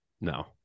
no